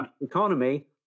economy